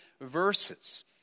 verses